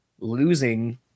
losing